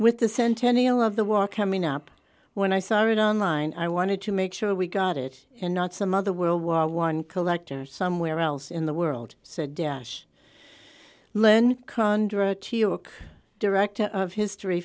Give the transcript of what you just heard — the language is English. with the centennial of the war coming up when i started on line i wanted to make sure we got it and not some other world war one collector somewhere else in the world said dash len kondraty ork director of history